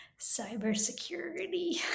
cybersecurity